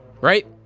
right